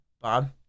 Bob